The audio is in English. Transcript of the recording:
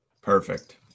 Perfect